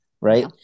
right